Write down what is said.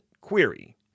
query